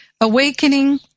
awakening